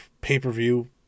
Pay-per-view